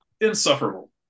insufferable